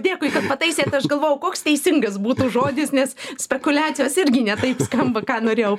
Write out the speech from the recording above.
dėkui pataisėt aš galvojau koks teisingas būtų žodis nes spekuliacijos irgi ne taip skamba ką norėjau